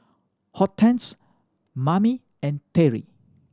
Hortense Mame and Terri